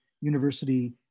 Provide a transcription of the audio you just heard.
university